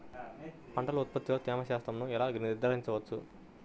పంటల ఉత్పత్తిలో తేమ శాతంను ఎలా నిర్ధారించవచ్చు?